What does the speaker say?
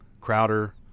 Crowder